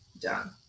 done